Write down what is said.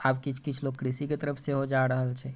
आ किछु किछु लोग कृषिके तरफ सेहो जा रहल छै